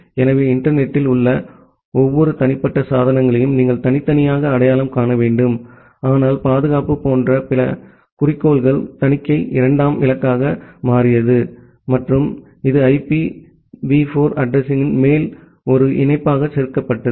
எனவே இன்டர்நெட் த்தில் உள்ள ஒவ்வொரு தனிப்பட்ட சாதனங்களையும் நீங்கள் தனித்தனியாக அடையாளம் காண வேண்டும் ஆனால் பாதுகாப்பு போன்ற பிற குறிக்கோள்கள் தணிக்கை இரண்டாம் இலக்காக மாறியது மற்றும் இது ஐபிவி 4 அட்ரஸிங்யின் மேல் ஒரு இணைப்பாக சேர்க்கப்பட்டது